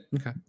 okay